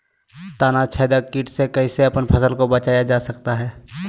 तनाछेदक किट से कैसे अपन फसल के बचाया जा सकता हैं?